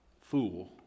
fool